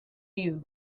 you